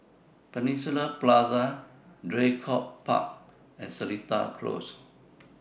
Peninsula Plaza Draycott Park and Seletar Close